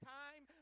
time